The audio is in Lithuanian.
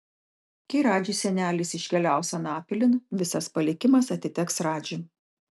kai radži senelis iškeliaus anapilin visas palikimas atiteks radži